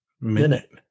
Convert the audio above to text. minute